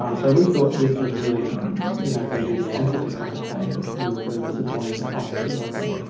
um so we thought this was really you know going to be the answer to chronic pain but we were very disappointed to find that it wasn't.